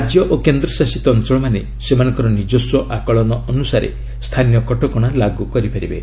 ରାଜ୍ୟ ଓ କେନ୍ଦ୍ରଶାସିତ ଅଞ୍ଚଳମାନେ ସେମାନଙ୍କର ନିଜସ୍ୱ ଆକଳନ ଅନୁସାରେ ସ୍ଥାନୀୟ କଟକଣା ଲାଗୁ କରିପାରିବେ